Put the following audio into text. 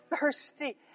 thirsty